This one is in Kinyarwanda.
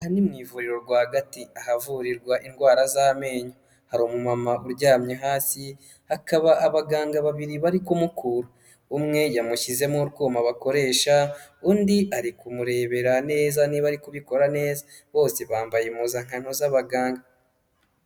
Aha ni mu ivuriro rwagati, ahavurirwa indwara z'amenyo, hari umumama uryamye hasi hakaba abaganga babiri bari kumukura, umwe yamushyizemo utwuma bakoresha, undi ari kumurebera neza niba ari kubikora neza, bose bambaye impuzankano z'abaganga.